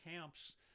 camps